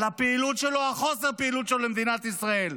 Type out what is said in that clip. על הפעילות שלו או חוסר הפעילות שלו במדינת ישראל.